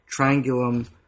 Triangulum